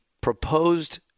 proposed